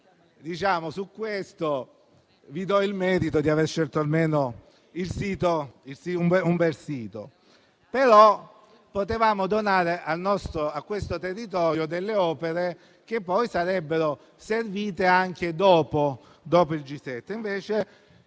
e, quindi, vi do il merito di aver scelto almeno un bel sito. Potevamo però donare a quel territorio delle opere che poi sarebbero servite anche dopo il G7.